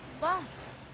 bus